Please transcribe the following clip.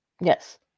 Yes